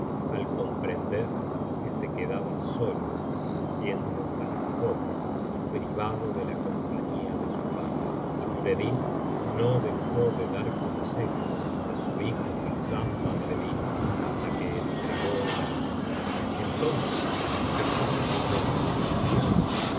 al comprender que se quedaba solo siendo tan joven y privado de la compañía de su padre y nureddin no dejó de dar consejos á su hijo hassán badreddin hasta que entregó el alma entonces hassán badreddin sintió un